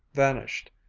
vanished.